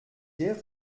guère